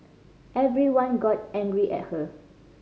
everyone got angry at her